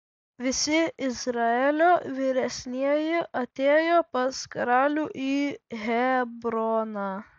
visi izraelio vyresnieji atėjo pas karalių į hebroną